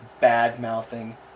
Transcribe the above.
bad-mouthing